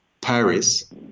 Paris